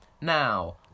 now